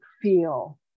feel